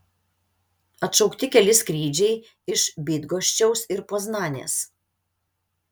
atšaukti keli skrydžiai iš bydgoščiaus ir poznanės